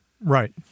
right